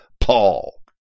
Paul